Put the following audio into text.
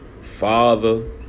Father